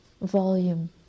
volume